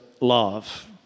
love